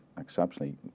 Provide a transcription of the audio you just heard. exceptionally